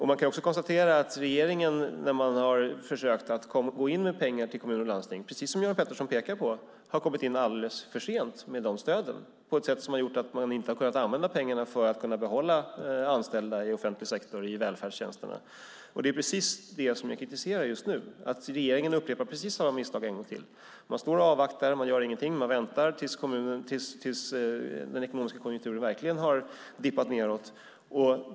Man kan också konstatera att regeringen har försökt att gå in med pengar till kommuner och landsting, precis som Göran Pettersson pekar på, och det har skett alldeles för sent, på ett sätt som har gjort att pengarna inte har kunnat användas för att behålla anställda i välfärdstjänsterna i offentlig sektor. Det är just det jag kritiserar just nu, att regeringen upprepar precis samma misstag en gång till. Man står och avvaktar och gör ingenting. Man väntar tills den ekonomiska konjunkturen verkligen har dippat nedåt.